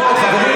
חוק פרטי שלך.